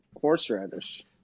horseradish